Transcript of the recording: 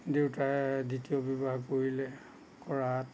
দেউতাই দ্বিতীয় বিবাহ কৰিলে কৰাত